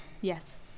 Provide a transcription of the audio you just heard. Yes